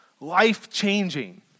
life-changing